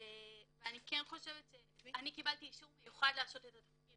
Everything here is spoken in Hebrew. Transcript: אני קיבלתי אישור מיוחד לעשות את התפקיד